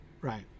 right